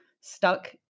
stuck